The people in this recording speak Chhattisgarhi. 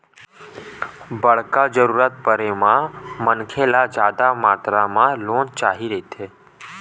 बड़का जरूरत परे म मनखे ल जादा मातरा म लोन चाही रहिथे